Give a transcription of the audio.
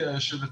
בבירור,